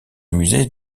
musée